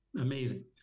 amazing